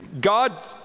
God